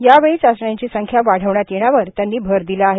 या वेळी चाचण्यांची संख्या वाढविण्यात येण्यावर त्यांनी भर दिला आहे